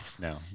no